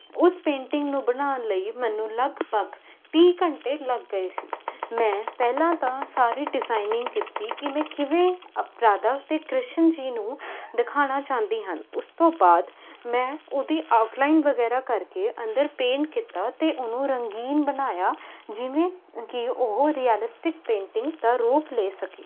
ਉਸ ਪੇਂਟਿੰਗ ਨੂੰ ਬਣਾਉਣ ਲਈ ਮੈਨੂੰ ਲਗਭਗ ਤੀਹ ਘੰਟੇ ਲੱਗ ਗਏ ਸੀ ਮੈਂ ਪਹਿਲਾਂ ਤਾਂ ਸਾਰੀ ਡਿਜ਼ਾਇਨਿੰਗ ਕੀਤੀ ਕਿ ਮੈਂ ਕਿਵੇਂ ਰਾਧਾ ਅਤੇ ਕ੍ਰਿਸ਼ਨ ਜੀ ਨੂੰ ਦਿਖਾਉਣਾ ਚਾਹੁੰਦੀ ਹਾਂ ਉਸ ਤੋਂ ਬਾਅਦ ਮੈਂ ਉਹਦੀ ਆਊਟਲਾਈਨ ਵਗੈਰਾ ਕਰਕੇ ਅੰਦਰ ਪੇਂਟ ਕੀਤਾ ਅਤੇ ਉਹਨੂੰ ਰੰਗੀਨ ਬਣਾਇਆ ਜਿਵੇਂ ਕਿ ਉਹ ਰੀਅਲਿਸਟਿਕ ਪੇਂਟਿੰਗ ਦਾ ਰੂਪ ਲੈ ਸਕੇ